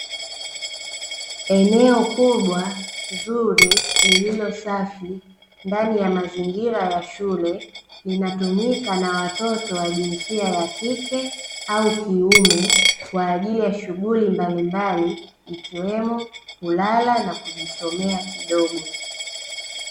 Eneo kubwa zuri lililosafi ndani ya mazingira ya shule, linatumika na watoto wa jinsia ya kike au kiume kwa ajili ya shughuli mbalimbali ikiwemo kulala na kujisomea kidogo.